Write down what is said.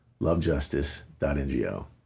Lovejustice.ngo